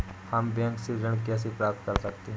हम बैंक से ऋण कैसे प्राप्त कर सकते हैं?